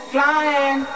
Flying